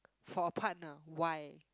for partner why